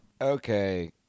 okay